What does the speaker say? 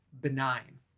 benign